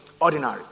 ordinary